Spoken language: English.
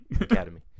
Academy